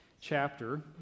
chapter